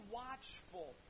watchful